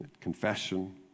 confession